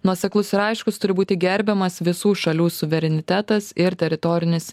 nuoseklus ir aiškus turi būti gerbiamas visų šalių suverenitetas ir teritorinis